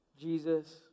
Jesus